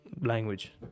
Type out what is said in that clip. language